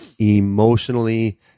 emotionally